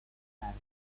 مردونه